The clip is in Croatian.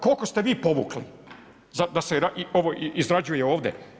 Koliko ste vi povukli da se ovo izrađuje ovdje?